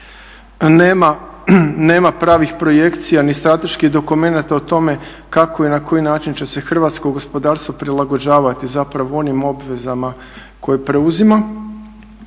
Nema pravih projekcija ni strateških dokumenata o tome kako i na koji način će se hrvatsko gospodarstvo prilagođavati zapravo onim obvezama koje preuzima,